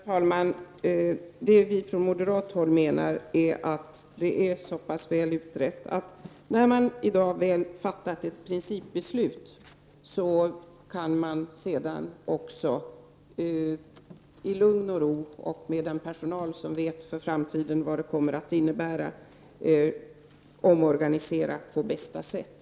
Herr talman! Vi från moderat håll menar att frågan är så pass utredd, att när vi i dag väl har fattat ett principbeslut, kan man i lugn och ro och med den personal som vet vad det innebär för framtiden, omorganisera på bästa sätt.